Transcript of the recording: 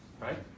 right